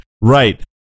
Right